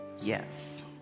Yes